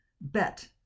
bet